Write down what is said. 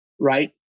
right